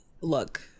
look